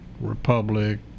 Republic